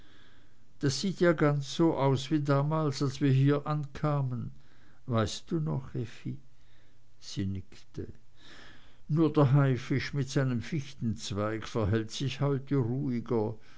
das sieht ja ganz so aus wie damals als wir hier ankamen weißt du noch effi sie nickte nur der haifisch mit seinem fichtenzweig verhält sich heute ruhiger